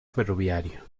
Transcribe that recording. ferroviario